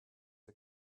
are